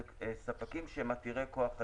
אלה ספקים שהם עתיד כוח אדם.